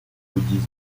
bouddhisme